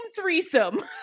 threesome